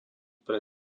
pre